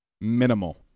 Minimal